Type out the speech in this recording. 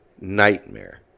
Nightmare